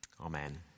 Amen